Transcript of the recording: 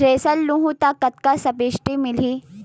Thresher लेहूं त कतका सब्सिडी मिलही?